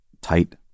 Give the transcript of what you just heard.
tight